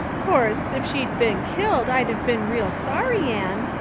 course, if she'd been killed i'd have been real sorry, anne.